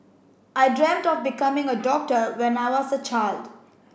I dreamt of becoming a doctor when I was a child